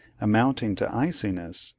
amounting to iciness,